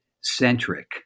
centric